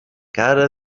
cara